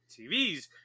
TVs